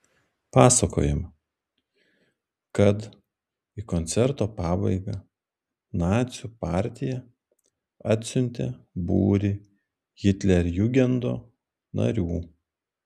pasakojama kad į koncerto pabaigą nacių partija atsiuntė būrį hitlerjugendo narių